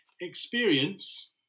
experience